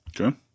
Okay